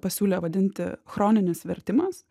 pasiūlė vadinti chroninis vertimas